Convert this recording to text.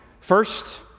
First